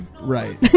Right